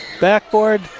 backboard